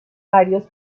varios